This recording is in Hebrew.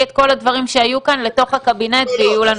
את כל הדברים שהיו כאן לתוך הקבינט ויהיו לנו בשורות.